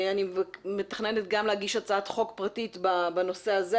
אני מתכננת להגיש הצעת חוק פרטית בנושא הזה,